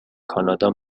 کانادا